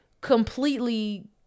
completely